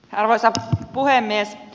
arvoisa puhemies